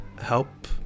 help